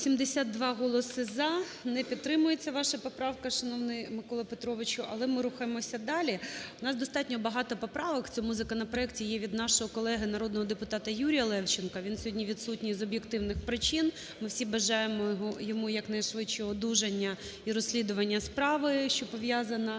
13:25:09 За-82 Не підтримується ваша поправка, шановний Миколо Петровичу. Але ми рухаємося далі. В нас достатньо багато поправок в цьому законопроекті є від народного депутата ЮріяЛевченка, він сьогодні відсутній з об'єктивних причин. Ми всі бажаємо йому якнайшвидшого одужання і розслідування справи, що пов'язана з